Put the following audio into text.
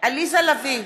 עליזה לביא,